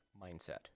mindset